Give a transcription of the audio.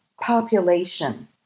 population